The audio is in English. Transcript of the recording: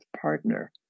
partner